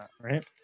right